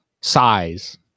Size